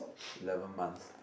eleven months